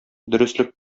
дөреслек